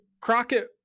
crockett